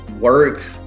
work